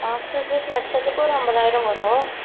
hostel fees வருஷத்துக்கு ஒரு ஐம்பதாயிரம் வரும்